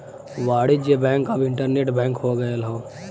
वाणिज्य बैंक अब internet bank हो गयल हौ